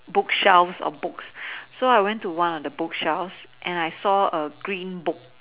bookshelves of books so I went to one of the bookshelves and I saw a green book